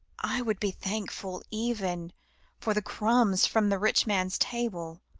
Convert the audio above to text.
i would be thankful even for the crumbs from the rich man's table.